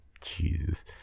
Jesus